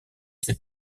ses